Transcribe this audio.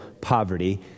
poverty